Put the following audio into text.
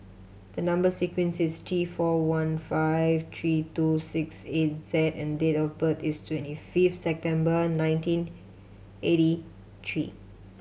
the number sequence is T four one five three two six eight Z and date of birth is twenty fifth September nineteen eighty three